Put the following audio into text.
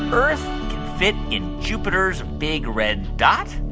earth can fit in jupiter's big red dot?